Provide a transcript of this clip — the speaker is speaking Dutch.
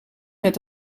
met